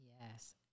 Yes